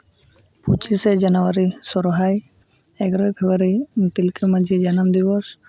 ᱯᱚᱸᱪᱤᱥᱮ ᱡᱟᱱᱩᱣᱟᱨᱤ ᱥᱚᱨᱦᱟᱭ ᱮᱜᱟᱨᱚᱭ ᱯᱷᱮᱵᱨᱩᱣᱟᱨᱤ ᱛᱤᱞᱠᱟᱹ ᱢᱟᱺᱡᱷᱤ ᱡᱟᱱᱟᱢ ᱫᱤᱵᱚᱥ